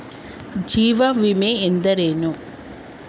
ಜೀವ ವಿಮೆ ಎಂದರೇನು?